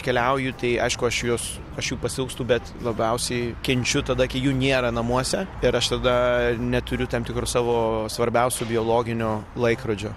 keliauju tai aišku aš juos aš jų pasiilgstu bet labiausiai kenčiu tada kai jų nėra namuose ir aš tada neturiu tam tikro savo svarbiausio biologinio laikrodžio